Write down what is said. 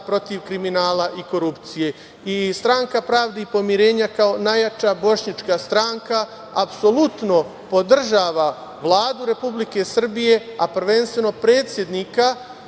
protiv kriminala i korupcije. Stranka pravde i pomirenja, kao najjača bošnjačka stranka, apsolutno podržava Vladu Republike Srbije, a prvenstveno predsednika